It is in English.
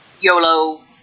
YOLO